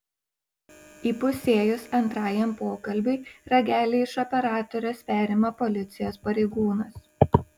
įpusėjus antrajam pokalbiui ragelį iš operatorės perima policijos pareigūnas